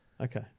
Okay